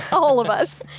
all of us.